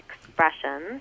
expressions